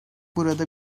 burada